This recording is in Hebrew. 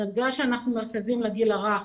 אז בגלל שאנחנו מרכזים לגיל הרך,